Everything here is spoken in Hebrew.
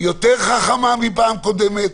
יותר חכמה מפעם קודמת.